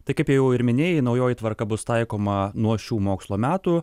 tai kaip jau ir minėjai naujoji tvarka bus taikoma nuo šių mokslo metų